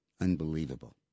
Unbelievable